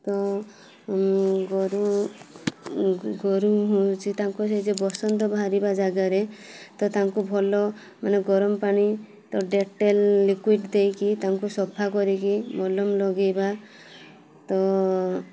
ତ ଗୋରୁ ଗୋରୁ ହେଉଛି ତାଙ୍କୁ ସେ ଯେଉଁ ବସନ୍ତ ବାହାରିବା ଜାଗାରେ ତ ତାଙ୍କୁ ଭଲ ମାନେ ଗରମପାଣି ତ ଡେଟଲ୍ ଲିକ୍ୟୁଡ଼୍ ଦେଇକି ତାଙ୍କୁ ସଫା କରିକି ମଲମ ଲଗେଇବା ତ